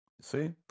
see